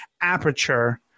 aperture